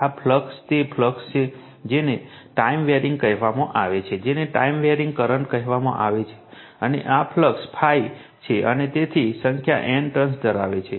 આ ∅ તે ફ્લક્સ છે જેને ટાઈમ વેરિંગ કહેવામાં આવે છે જેને ટાઈમ વેરિંગ કરંટ કહેવામાં આવે છે અને આ ફ્લક્સ ∅ છે અને તેની સંખ્યા N ટર્ન્સ ધરાવે છે